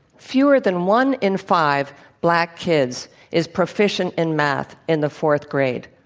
fewer than one in five black kids is proficient in math in the fourth grade.